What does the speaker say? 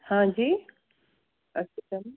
ہا ں جی اَتھ کیٛاہ کَرُن